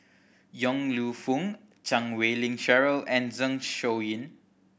Yong Lew Foong Chan Wei Ling Cheryl and Zeng Shouyin